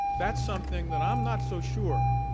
that's something that i'm not so sure,